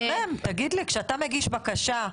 תגיד לי, כשאתה מגיש בקשה,